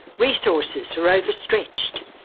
resources are overstretched,